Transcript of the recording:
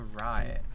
right